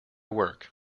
work